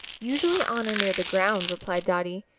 usually on or near the ground, replied dotty.